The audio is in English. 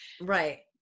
Right